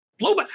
blowback